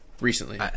recently